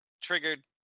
triggered